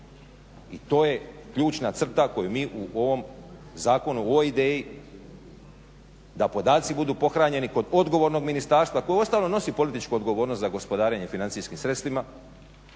I to je ključna crta koju mi u ovom zakonu, u ovoj ideji da podaci budu pohranjeni kod odgovornog ministarstva koji uostalom nosi političku odgovornost za gospodarenje financijskim sredstvima,